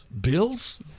Bills